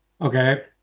Okay